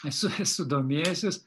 esu esu domėjęsis